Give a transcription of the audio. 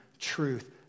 truth